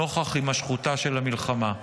נוכח הימשכותה של המלחמה.